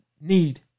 need